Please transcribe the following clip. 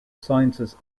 sciences